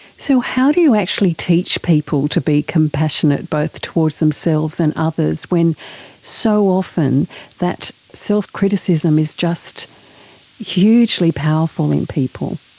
so how do you actually teach people to be compassionate, both towards themselves and others, when so often that self-criticism is just hugely powerful in people?